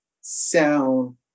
sound